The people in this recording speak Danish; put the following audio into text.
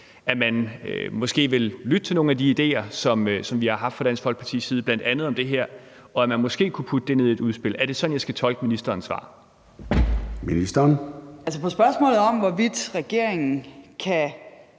at man måske vil lytte til nogle af de idéer, som vi har haft fra Dansk Folkepartis side, bl.a. om det her, og at man måske kunne putte det ned i et udspil. Er det sådan, jeg skal tolke ministerens svar? Kl. 13:35 Formanden (Søren Gade):